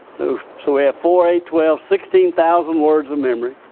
so we have four, eight, twelve, sixteen thousand words of memory,